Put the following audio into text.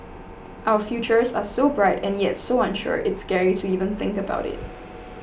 our futures are so bright and yet so unsure it's scary to even think about it